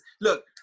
look